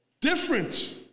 Different